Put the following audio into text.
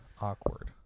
Awkward